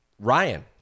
Ryan